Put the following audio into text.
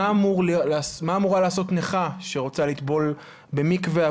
מה אמורה לעשות נכה שרוצה לטבול במקווה,